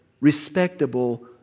respectable